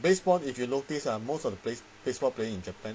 baseball if you notice ah most of the baseball playing in japan